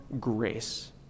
grace